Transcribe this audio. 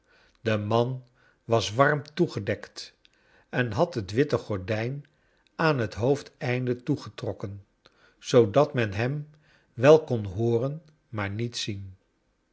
de man was warm toegedekt en had net witte gordijn aan het hoofdeneinde toegetrokken zoodat men bom wel kon hooren maar niet zien